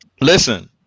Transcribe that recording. listen